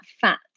fat